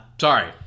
sorry